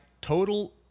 total